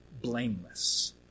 blameless